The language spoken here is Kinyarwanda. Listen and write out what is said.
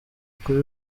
kuri